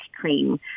cream